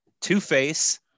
Two-Face